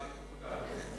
מעל כוחותי.